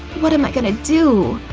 what am i gonna do?